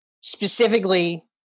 specifically